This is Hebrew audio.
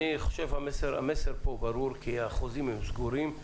אני חושב שהמסר פה ברור כי החוזים סגורים,